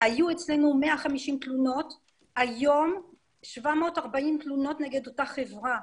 היו אצלנו 150 תלונות והיום יש 740 תלונות נגד אותה חברה.